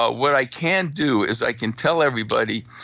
ah what i can do is i can tell everybody,